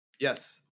Yes